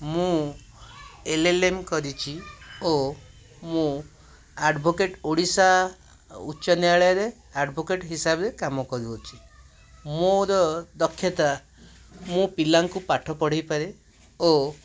ମୁଁ L L M କରିଛି ଓ ମୁଁ ଆଡ଼ଭୋକେଟ୍ ଓଡ଼ିଶା ଉଚ୍ଚନ୍ୟାୟଳୟରେ ଆଡ଼ଭୋକେଟ୍ ହିସାବରେ କାମ କରୁଅଛି ମୋର ଦକ୍ଷତା ମୁଁ ପିଲାଙ୍କୁ ପାଠ ପଢ଼ାଇ ପାରେ ଓ